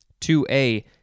2A